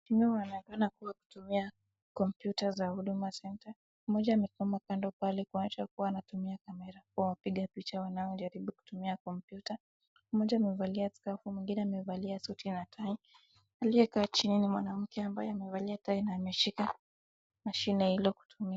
Wanaonekana kuwa wanatumia kompyuta za Huduma Center . Mmoja amesimama kando pale kuonyesha kuwa anatumia kamera kuwapiga picha wanaojaribu kutumia kompyuta. Mmoja amevalia scarf , mwingine amevalia suti na tai. Aliyekaa chini ni mwanamke ambaye amevalia tai na ameshika mashine ilekutumia.